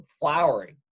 flowering